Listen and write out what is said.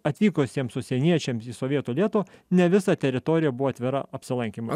atvykusiems užsieniečiams į sovietų lietuvą ne visa teritorija buvo atvira apsilankymui